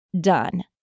done